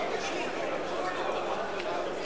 סיעת האיחוד הלאומי להביע